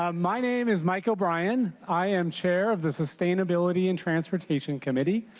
um my name is mike o'brien. i am chair of the sustainability and transportation committee.